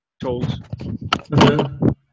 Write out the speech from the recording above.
told